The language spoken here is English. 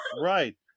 Right